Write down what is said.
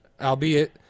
albeit